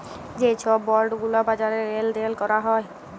যে ছব বল্ড গুলা বাজারে লেল দেল ক্যরা হ্যয়